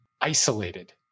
isolated